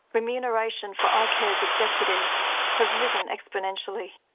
remuneration for um icare's executives has risen exponentially.